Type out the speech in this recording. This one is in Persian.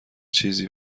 چیزی